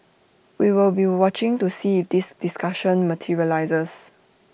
we will be watching to see if this discussion materialises